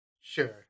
Sure